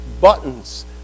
buttons